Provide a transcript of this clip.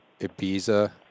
Ibiza